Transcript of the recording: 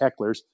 hecklers